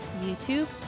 YouTube